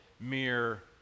mere